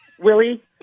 Willie